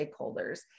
stakeholders